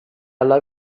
alla